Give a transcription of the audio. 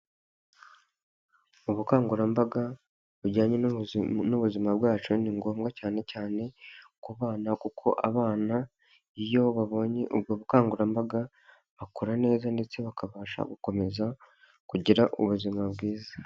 Ubukangurambaga bujyanye n'ubuzima bwacu ni ngombwa cyane cyane ku bana, kuko abana iyo babonye ubwo bukangurambaga bakura neza ndetse bakabasha gukomeza kugira ubuzima bwiza.